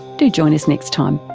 do join us next time.